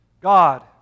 God